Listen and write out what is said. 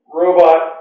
robot